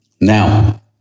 Now